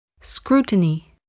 Scrutiny